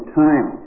time